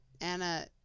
Anna